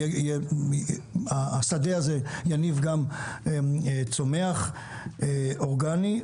כדי שהשדה הזה יניב גם צומח אורגני,